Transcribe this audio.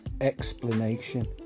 Explanation